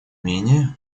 менее